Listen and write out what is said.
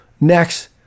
next